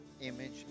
image